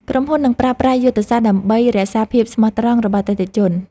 ក្រុមហ៊ុននឹងប្រើប្រាស់យុទ្ធសាស្ត្រ ដើម្បីរក្សាភាពស្មោះត្រង់របស់អតិថិជន។